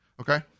okay